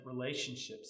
relationships